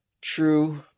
true